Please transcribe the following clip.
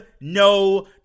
no